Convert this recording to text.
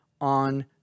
on